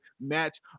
match